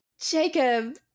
Jacob